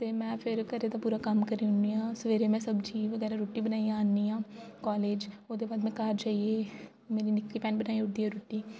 ते में फिर घरै दा पूरा कम्म करी ओड़नी आं सबैह्रे में सब्ज़ी बगैरा रुट्टी बनाइयै आनी आं कॉलेज ओह्दे बाद में घर जाइयै मेरी नि'क्की भैन बनाई ओड़दी ऐ रुट्टी